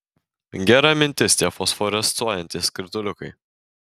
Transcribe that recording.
gera mintis tie fosforescuojantys skrituliukai